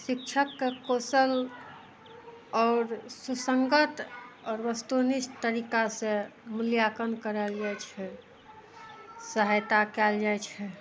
शिक्षकके कौशल आओर सुसङ्गत आओर वस्तुनिष्ठ तरीकासँ मूल्याङ्कन करल जाइ छै सहायता कयल जाइ छै